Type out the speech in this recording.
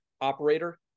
operator